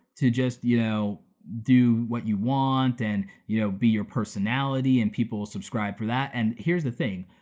to just you know do what you want, and you know be your personality, and people will subscribe for that. and here's the thing,